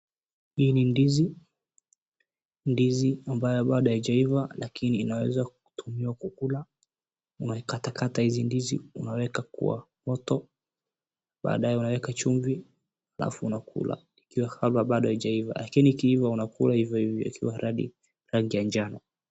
Hii ni ndizi. Ndizi ambayo bado ijeiva lakini inaeza tumika kukula unakatakata hizi ndizi unaeka kwa moto baadae unaeka chumvi halafu unakula ikiwa kama bado ijeiva lakini kama imeiva unakula hivo hivo ikiwa rangi ya manjano.